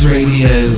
Radio